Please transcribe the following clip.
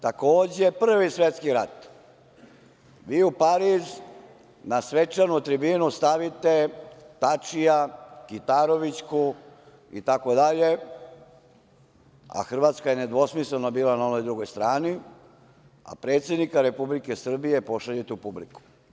Takođe, Prvi svetski rat, vi u Pariz na svečanu tribinu stavite Tačija, Kitarovićku itd, a Hrvatska je nedvosmisleno bila na onoj drugoj strani, a predsednika Republike Srbije pošaljete u publiku.